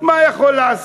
מה הוא יכול לעשות?